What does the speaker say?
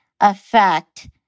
affect